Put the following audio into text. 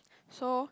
so